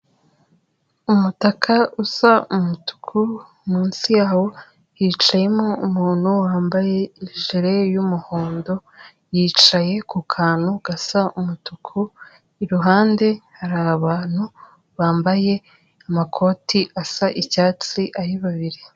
Umutaka usa umutuku, munsi yawo yicayemo umuntu wambaye ijele y'umuhondo, yicaye ku kantu gasa umutuku iruhande hari abantu bambaye amakoti asa icyatsi ari babiri.